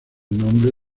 nombre